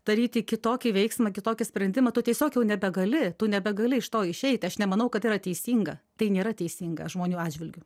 daryti kitokį veiksmą kitokį sprendimą tu tiesiog jau nebegali tu nebegali iš to išeiti aš nemanau kad yra teisinga tai nėra teisinga žmonių atžvilgiu